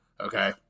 okay